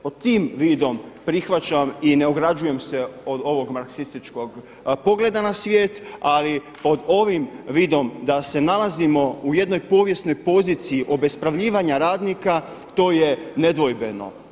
Pod tim vidom prihvaćam i ne ograđujem se od ovog marksističkog pogleda na svijet, ali pod ovim vidom da se nalazimo u jednoj povijesnoj poziciji obespravljivanja radnika to je nedvojbeno.